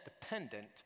dependent